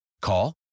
Call